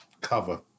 cover